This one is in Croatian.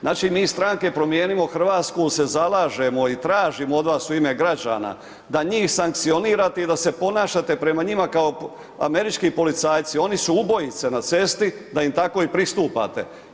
Znači mi iz stranke Promijenimo Hrvatsku se zalažemo i tražimo od vas u ime građana da njih sankcionirate i da se ponašate prema njima kao američki policajci, oni su ubojice na cesti, da im tako i pristupate.